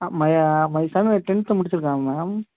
ஆ மையா my son tenth முடிச்சுருக்கான் ma'am